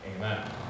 amen